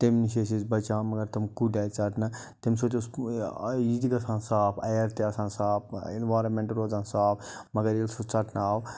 تَمہِ نِش ٲسۍ أسۍ بَچان مگر تِم کُلۍ آے ژَٹنہٕ تَمہِ سۭتۍ اوس یہِ تہِ گژھان صاف اَیَر تہِ آسان صاف اِنوارَمٮ۪نٛٹ روزان صاف مگر ییٚلہِ سُہ ژَٹنہٕ آو